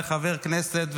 לחבר כנסת,